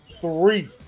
Three